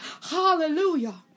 Hallelujah